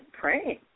praying